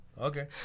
Okay